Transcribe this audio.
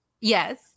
yes